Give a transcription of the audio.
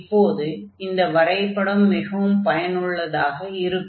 இப்போது இந்த வரைபடம் மிகவும் பயனுள்ளதாக இருக்கும்